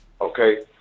okay